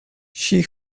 she